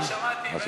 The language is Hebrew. הוא גם